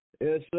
Yes